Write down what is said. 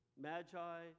magi